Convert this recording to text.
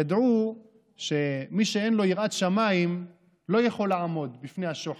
ידעו שמי שאין לו יראת שמיים לא יכול לעמוד בפני השוחד,